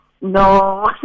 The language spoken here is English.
No